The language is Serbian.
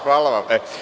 Hvala.